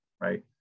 right